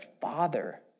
father